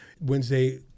Wednesday